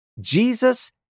Jesus